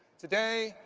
today,